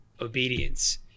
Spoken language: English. obedience